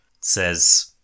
says